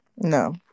No